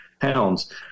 hounds